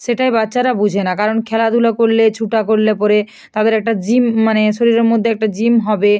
সেটাই বাচ্চারা বুঝে না কারণ খেলাধুলা করলে ছুটা করলে পরে তাদের একটা জিম মানে শরীরের মধ্যে একটা জিম হবে